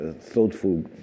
thoughtful